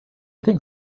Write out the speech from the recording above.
think